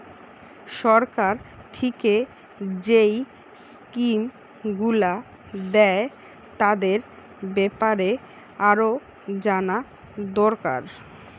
সরকার থিকে যেই স্কিম গুলো দ্যায় তাদের বেপারে আরো জানা দোরকার